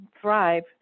thrive